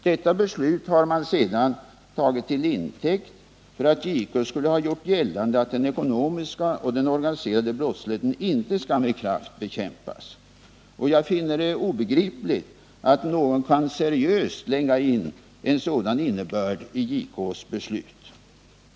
Detta beslut har sedan tagits till intäkt för att JK skulle ha gjort gällande att den ekonomiska och den organiserade brottsligheten inte skall med kraft bekämpas. Jag finner det obegripligt att någon kan seriöst lägga in en sådan innebörd i JK:s beslut.